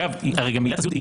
אגב הרי גם עילת הסבירות,